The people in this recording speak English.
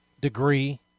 degree